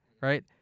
right